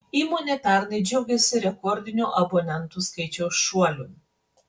įmonė pernai džiaugėsi rekordiniu abonentų skaičiaus šuoliu